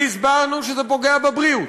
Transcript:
והסברנו שזה פוגע בבריאות,